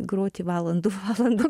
groti valandų valandas